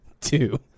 two